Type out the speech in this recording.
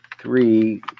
three